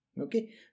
Okay